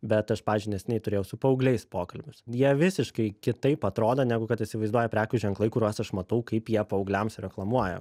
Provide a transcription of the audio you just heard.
bet aš pavyzdžiui neseniai turėjau su paaugliais pokalbius jie visiškai kitaip atrodo negu kad įsivaizduoja prekių ženklai kuriuos aš matau kaip jie paaugliams reklamuoja